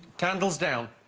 candles down